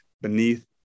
beneath